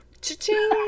Cha-ching